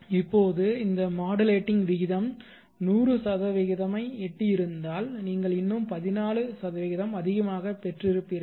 இப்போது இந்த மாடுலேட்டிங் விகிதம் 100 ஐ எட்டியிருந்தால் நீங்கள் இன்னும் 14 அதிகமாகப் பெற்றிருப்பீர்கள்